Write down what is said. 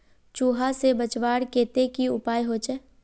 चूहा से बचवार केते की उपाय होचे?